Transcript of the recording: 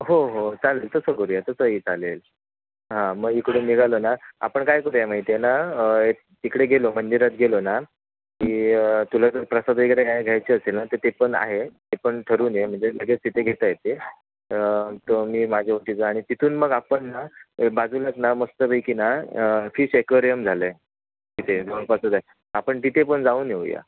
हो हो चालेल तसं करूया तसंही चालेल हां मग इकडून निघालो ना आपण काय करूया माहिती आहे ना तिकडे गेलो मंदिरात गेलो ना की तुला जर प्रसाद वगैरे काही घ्यायचे असेल ना तर ते पण आहे ते पण ठरवून ये म्हणजे लगेच तिथे घेता येते तो मी माझ्या ओटीचा आणि तिथून मग आपण ना बाजूलाच ना मस्तपैकी ना फिश एक्वरियम झालं आहे तिथे जवळपासच आहे आपण तिथे पण जाऊन येऊया